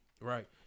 Right